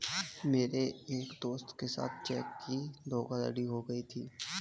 मेरे एक दोस्त के साथ चेक की धोखाधड़ी हो गयी थी